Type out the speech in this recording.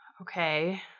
Okay